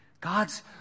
God's